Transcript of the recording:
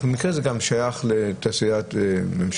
אז במקרה הזה גם שייך לתעשייה ממשלתית,